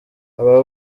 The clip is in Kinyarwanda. aba